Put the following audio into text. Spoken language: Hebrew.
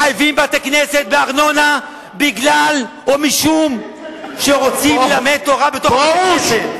בארנונה, משום שרוצים ללמד תורה בתוך בית-הכנסת.